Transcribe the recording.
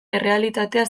errealitatea